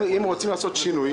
אם רוצים לעשות שינוי,